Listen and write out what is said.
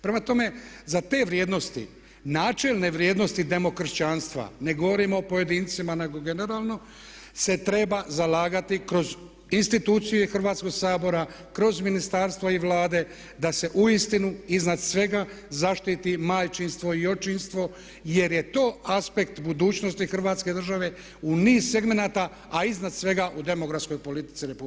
Prema tome za te vrijednosti, načelne vrijednosti demokršćanstva, ne govorimo o pojedincima nego generalno se treba zalagati kroz institucije Hrvatskoga sabora, kroz ministarstva i Vlade da se uistinu iznad svega zaštiti majčinstvo i očinstvo jer je to aspekt budućnosti Hrvatske države u niz segmenata a iznad svega u demografskoj politici RH.